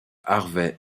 harvey